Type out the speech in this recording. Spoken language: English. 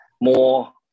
more